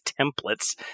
templates